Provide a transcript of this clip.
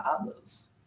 others